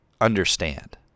understand